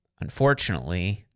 unfortunately